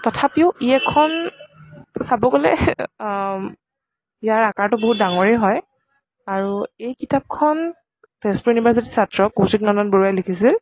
তথাপিও ই এখন চাব গ'লে ইয়াৰ আকাৰটো বহুত ডাঙৰেই হয় আৰু এই কিতাপখন তেজপুৰ ইউনিভাৰ্চিটীৰ ছাত্ৰ কৌছিক নন্দন বৰুৱাই লিখিছিল